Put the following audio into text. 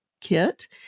kit